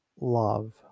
love